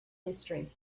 history